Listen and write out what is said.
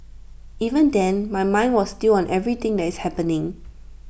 even then my mind was still on everything that is happening